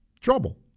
trouble